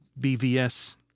BVS